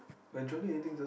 by joining anything just